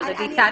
אבל רויטל,